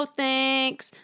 thanks